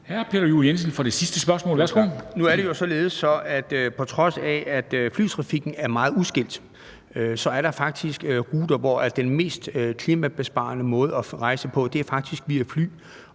14:23 Peter Juel-Jensen (V): Tak. Nu er det jo således, at på trods af at flytrafikken er meget udskældt, er der faktisk ruter, hvor den mest klimabesparende måde at rejse på er med fly.